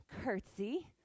curtsy